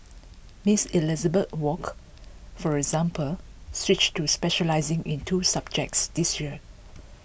Miss Elizabeth Wok for example switched to specialising in two subjects this year